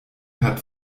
hat